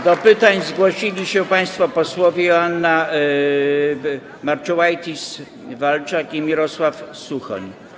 Do pytań zgłosili się państwo posłowie Joanna Marczułajtis-Walczak i Mirosław Suchoń.